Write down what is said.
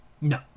No